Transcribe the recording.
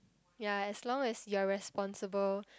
ya as long as you are responsible